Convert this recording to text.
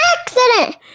accident